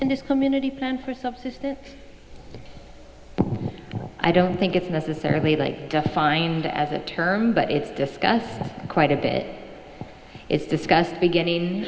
this community plan for subsistence i don't think it's necessarily like defined as a term but it's discussed quite a bit it's discussed beginning